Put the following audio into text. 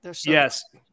Yes